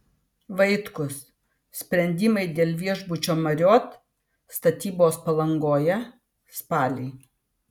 vaitkus sprendimai dėl viešbučio marriott statybos palangoje spalį